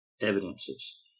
evidences